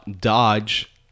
Dodge